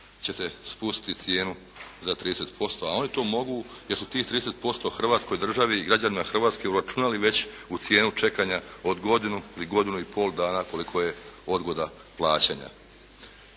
ćete spustiti cijenu za 30%, a oni to mogu jer su tih 30% hrvatskoj državi i građanima Hrvatske uračunali već u cijenu čekanja od godinu ili godinu i pol dana koliko je odgoda plaćanja.